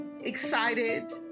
excited